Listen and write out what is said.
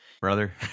brother